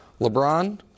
LeBron